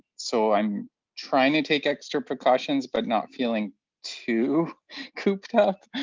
so i'm trying to take extra precautions, but not feeling too cooped up.